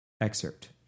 Excerpt